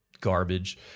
Garbage